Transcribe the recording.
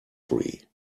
free